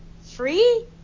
free